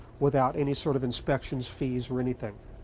without any sort of inspection, fees or anything.